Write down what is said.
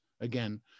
again